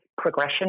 progression